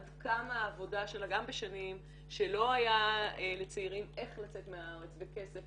עד כמה העבודה שלה גם בשנים שלא היה לצעירים איך לצאת מהארץ וכסף